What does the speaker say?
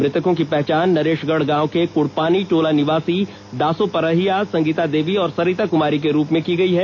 मृतकों की पहचान नरेशगढ़ गांव के कुड़पानी टोला निवासी दासो परहिया संगीता देवी और सरिता कुमारी के रूप में की गयी है